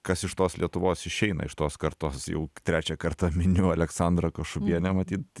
kas iš tos lietuvos išeina iš tos kartos jau trečią kartą miniu aleksandrą kašubienę matyt